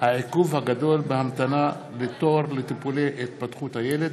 עוד הונחו מסקנות הוועדה המיוחדת לזכויות הילד